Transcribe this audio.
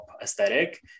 aesthetic